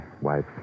wife